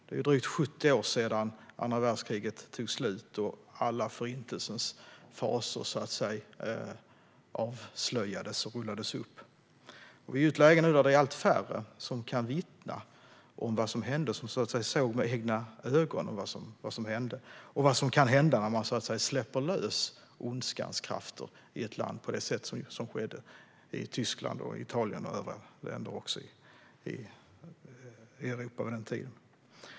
Det är drygt 70 år sedan andra världskriget tog slut och alla Förintelsens faser avslöjades och rullades upp. Allt färre kan nu vittna om vad som hände, och det är allt färre som med egna ögon såg vad som kan hända när man släpper lös ondskans krafter i ett land på det sätt som skedde i Tyskland, Italien och andra länder i Europa vid den tiden.